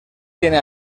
tiene